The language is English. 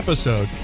episode